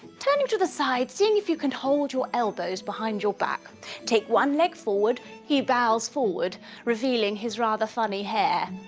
turning to the side seeing if you can hold your elbows behind your back take one leg forward, he bows forward revealing his rather funny hair.